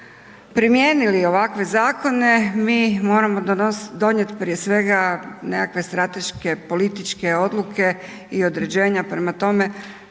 primijenili ovakve zakone, mi moramo donijeti, prije svega nekakve strateške političke odluke i određenja, prema tome